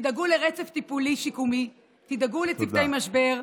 תדאגו לרצף טיפולי שיקומי, תדאגו לצוותי משבר.